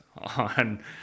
on